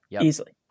easily